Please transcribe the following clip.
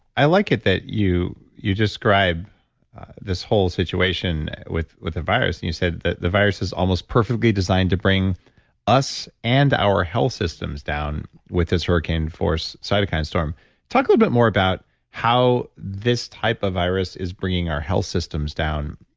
i like it that you you describe this whole situation with with the virus and you said that the virus is almost perfectly designed to bring us and our health systems down, with this hurricane force cytokine storm talk a little bit more about how this type of virus is bringing our health systems down,